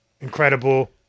incredible